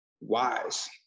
wise